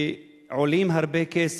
שעולים הרבה כסף.